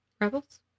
Rebels